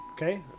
Okay